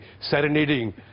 serenading